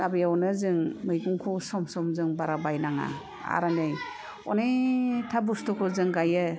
दा बेवनो जों मैगंखौ सम सम बारा बायनाङा आर नै अनेकथा बुस्थुखौ जों गाइयो